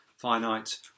finite